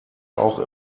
auch